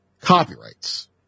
copyrights